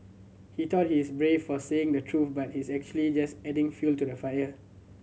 he thought he's brave for saying the truth but he's actually just adding fuel to the fire